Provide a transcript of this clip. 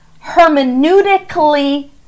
hermeneutically